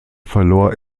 verlor